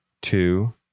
Two